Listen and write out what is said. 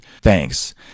Thanks